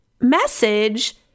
message